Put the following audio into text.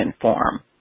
form